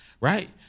right